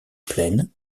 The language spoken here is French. plaine